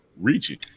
reaching